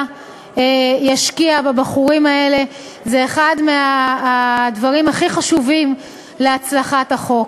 ישקיע בבחורים האלה הם מהדברים הכי חשובים להצלחת החוק.